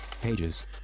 pages